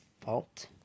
fault